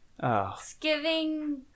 Thanksgiving